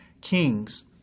kings